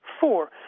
Four